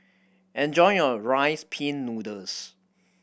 enjoy your Rice Pin Noodles